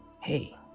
Hey